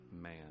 man